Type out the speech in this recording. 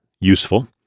useful